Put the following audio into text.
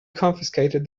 confiscated